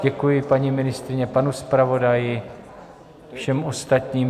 Děkuji paní ministryni, panu zpravodaji, všem ostatním.